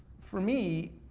for me,